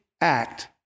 act